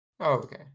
Okay